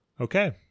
Okay